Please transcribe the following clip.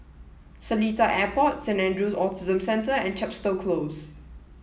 Seletar Airport Saint Andrew's Autism Centre and Chepstow Close